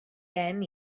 gen